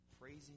praising